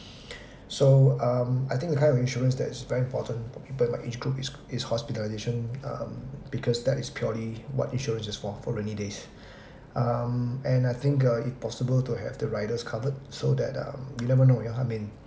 so um I think the kind of insurance that is very important for people in my age group is is hospitalisation um because that is purely what insurance is for for rainy days um and I think uh it possible to have the riders covered so that um you never know ya I mean